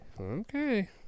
Okay